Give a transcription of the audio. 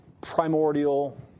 primordial